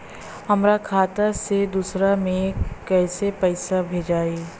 हमरा खाता से दूसरा में कैसे पैसा भेजाई?